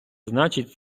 значить